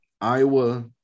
Iowa